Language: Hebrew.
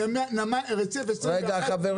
שרציף 21 --- רגע, חברים.